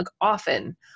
often